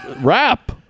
rap